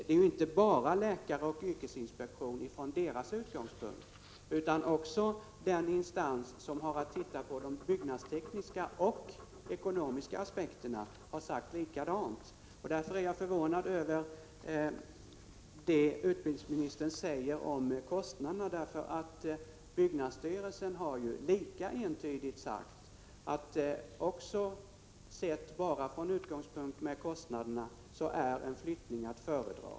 Det har inte bara läkare och yrkesinspektionen utifrån sina utgångspunkter gjort, utan det har också den instans som har att beakta de byggnadstekniska och ekonomiska aspekterna gjort. Jag är förvånad över det som utbildningsministern säger om kostnaderna, eftersom byggnadsstyrelsen lika entydigt har sagt att även med hänsyn tagen enbart till kostnadsaspekten är en flyttning att föredra.